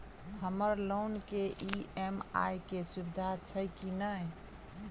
हम्मर लोन केँ ई.एम.आई केँ सुविधा छैय की नै?